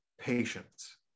Patience